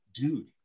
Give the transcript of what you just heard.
dude